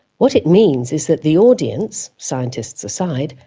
what it means is that the audience, scientists aside,